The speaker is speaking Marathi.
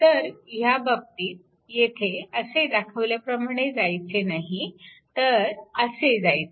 तर ह्या बाबतीत येथे असे दाखवल्याप्रमाणे जायचे नाही तर असे जायचे